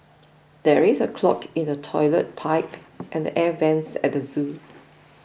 there is a clog in the Toilet Pipe and the Air Vents at zoo